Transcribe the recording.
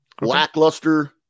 lackluster